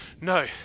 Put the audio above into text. No